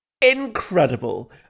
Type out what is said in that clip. incredible